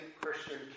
Christian